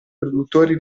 produttori